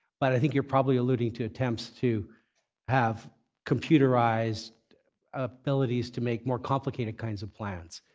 but i think you're probably alluding to attempts to have computerized abilities to make more complicated kinds of plans.